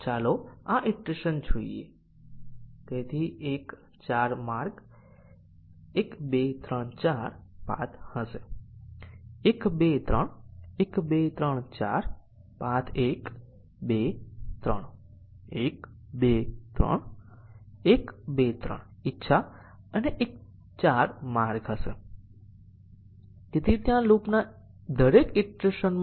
તેથી આ ઉદાહરણ બતાવે છે કે અહીં આપણી પાસે અહીં 5 કોમ્પોનન્ટ કન્ડીશનો છે અને તેથી મલ્ટિપલ કંડિશન કવરેજ માટે આપણને 32 ટેસ્ટ કેસની જરૂર છે